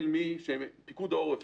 פיקוד העורף